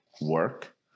work